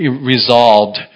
resolved